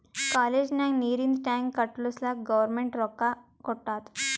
college ನಾಗ್ ನೀರಿಂದ್ tank ಕಟ್ಟುಸ್ಲಕ್ ಗೌರ್ಮೆಂಟ್ ರೊಕ್ಕಾ ಕೊಟ್ಟಾದ್